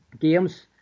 games